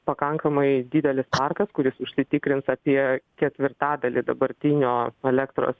pakankamai didelis parkas kuris užsitikrins apie ketvirtadalį dabartinio elektros